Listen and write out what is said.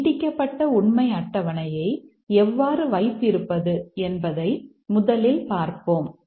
நீட்டிக்கப்பட்ட உண்மை அட்டவணையை எவ்வாறு வைத்திருப்பது என்பதை முதலில் பார்ப்போம்